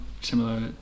similar